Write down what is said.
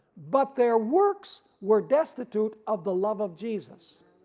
but their works were destitute of the love of jesus.